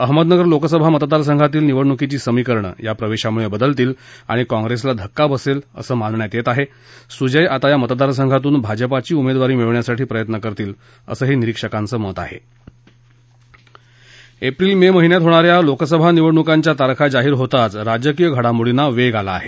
अहमदनगर लोकसभा मतदारसद्यातील निवडणुकीची समीकरणे या प्रवेशामुळे बदलतील आणि काँग्रेसला धक्का बसेल असमिनण्यात येता मुजय आता या मतदरासमितून भाजपाची उमेदवारी मिळवण्यासाठी प्रयत्न करतील असमिवडणुकीचं चित्र दिसत एप्रिल मे महिन्यात होणा या लोकसभा निवडणूकाच्या तारखा जाहीर होताच राजकीय घडमोडींना वेग आला आहे